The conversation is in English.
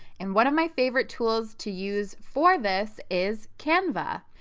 and one of my favorite tools to use for this is canva.